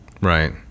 Right